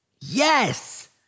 Yes